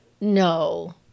No